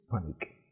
panic